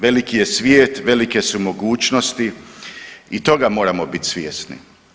Veliki je svijet, velike su mogućnosti i toga moramo biti svjesni.